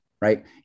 Right